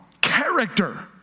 character